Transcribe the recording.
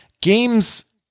games